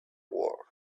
world